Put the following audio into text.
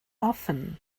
often